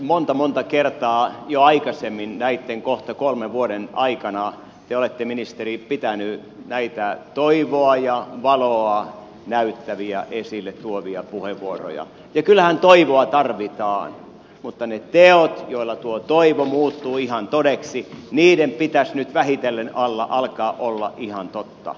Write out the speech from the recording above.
monta monta kertaa jo aikaisemmin näitten kohta kolmen vuoden aikana te olette ministeri pitänyt näitä toivoa ja valoa näyttäviä esille tuovia puheenvuoroja ja kyllähän toivoa tarvitaan mutta niiden tekojen joilla tuo toivo muuttuu ihan todeksi pitäisi nyt vähitellen alkaa olla ihan totta